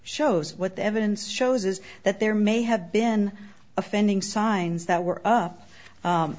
shows what the evidence shows is that there may have been offending signs that were up